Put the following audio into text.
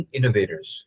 Innovators